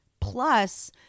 Plus